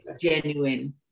genuine